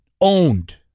owned